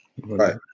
right